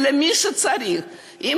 ואנחנו בקשר עם כל בן-אדם שחי שם,